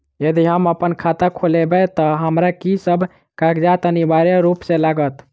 यदि हम अप्पन खाता खोलेबै तऽ हमरा की सब कागजात अनिवार्य रूप सँ लागत?